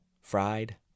fried